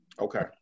Okay